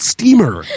Steamer